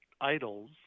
idols